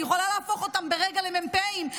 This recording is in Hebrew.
אני יכולה להפוך אותם ברגע למ"פים?